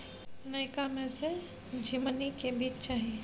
नयका में से झीमनी के बीज चाही?